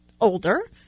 older